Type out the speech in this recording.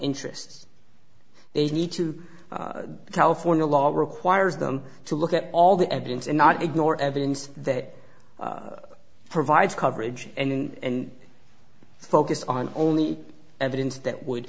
interests they need to california law requires them to look at all the evidence and not ignore evidence that provides coverage and focus on only evidence that would